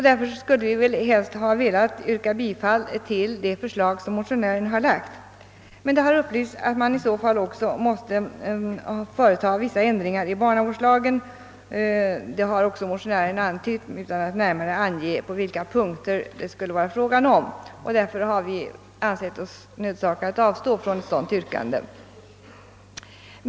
Därför skulle vi reservanter helst ha velat yrka bifall till det av motionären framlagda förslaget men det har upplysts oss att man i så fall också måste företa vissa ändringar av barnavårdslagen. Detta har också motionären an: tytt, dock utan att närmare ange vilka punkter det skulle vara fråga om. Därför har vi ansett oss nödsakade att avstå från ett sådant yrkande.